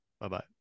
Bye-bye